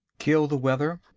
killed the weather!